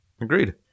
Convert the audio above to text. Agreed